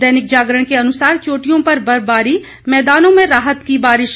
दैनिक जागरण के अनुसार चोटियों पर बर्फबारी मैदानों में राहत की बारिश